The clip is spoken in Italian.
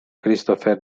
christopher